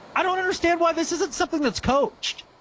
i don't understand why this isn't something that's coached.